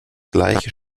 gleiche